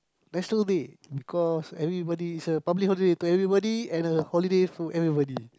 National-Day because everybody is a public holiday to everybody and a holiday for everybody